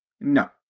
No